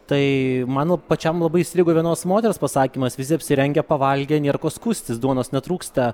tai mano pačiam labai įstrigo vienos moters pasakymas visi apsirengę pavalgę nėr ko skųstis duonos netrūksta